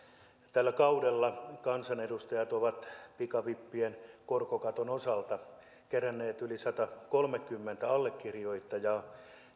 tällä kaudella kansanedustajat ovat pikavippien korkokaton osalta keränneet yli satakolmekymmentä allekirjoittajaa